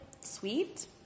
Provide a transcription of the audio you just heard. sweet